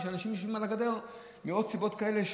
ואנשים יושבים על הגדר מעוד סיבות כאלה,